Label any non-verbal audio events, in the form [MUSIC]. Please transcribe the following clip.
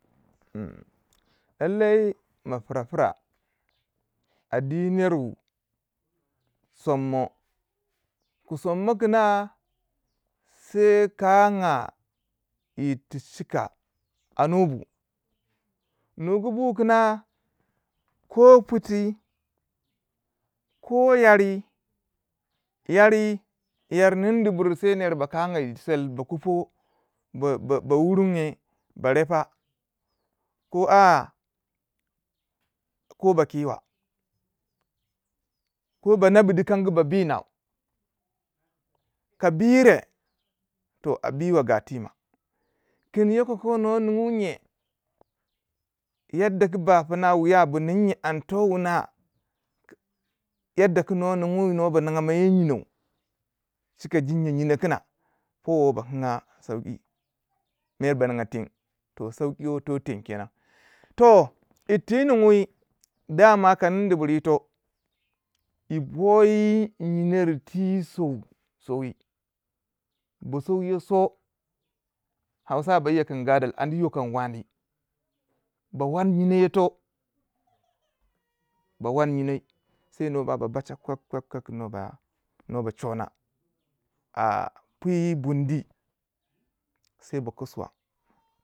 [NOISE] lallai ma pira pira adai nere wu sommo ku sommo kina sai kanga yi yirtu chika nubu, nugu bu kina ko pitu, ko yari, yari yari nindi buri sai ner ba kanga yi tseli ba kupo ba ba bawurune ba re pa koh a koh ba kiwa ko banabi dikingyi ba bi naa ka bire to a biwa ga ti ma kin yokoko no ningo nye yadaku da pina wiya andi to wuna yadaku nuwa niganmiyo nyenou chika jinya yino kina powo ba kina sauki mer ba ninga teng toh sauki wo to teng kenan, toh yiti yi ninguwi dama ka nindi buri yito yi bo yi nyinori twi soi sowi bo sowi yo so hausawa yir kun gadal andi yo kan wani ba wandi nyino to ba wan yino yo sai nuwa ba bacha kwach kwach no ba chona a pui bundwi sai ba kusuwa.